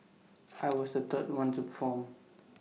I was the third one to perform